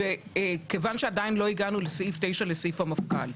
וכיוון שעוד לא הגענו לסעיף 9, לסעיף המפכ"ל.